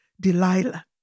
Delilah